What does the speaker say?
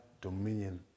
dominion